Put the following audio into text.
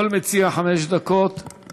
לכל מציע חמש דקות.